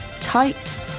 tight